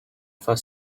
for